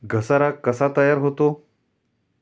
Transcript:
घसारा कसा तयार होतो?